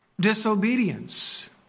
Disobedience